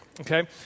okay